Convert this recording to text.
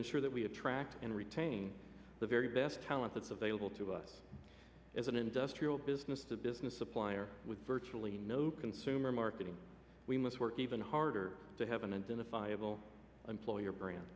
ensure that we attract and retain the very best talent that's available to us as an industrial business to business supplier with virtually no consumer marketing we must work even harder to heaven and then the five will employ your brand